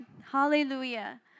hallelujah